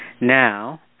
now